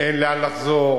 אין לאן לחזור.